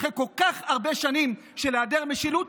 אחרי כל כך הרבה שנים של היעדר משילות,